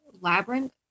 Labyrinth